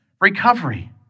recovery